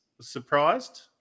surprised